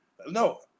no